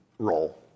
role